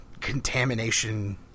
contamination